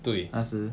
对